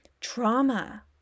trauma